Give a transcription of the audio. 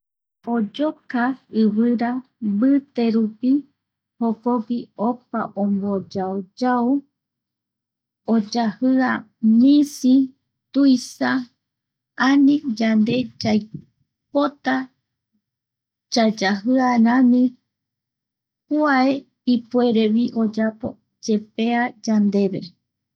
Oyoka ivira mbite rupi jokogui opa omboyao yao oyajia misi, tuisa ani yande yai (pausa) pota yayajia rami kuae ipuerevi oyapo yepea yandeve.